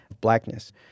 blackness